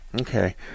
Okay